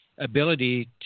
ability